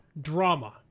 Drama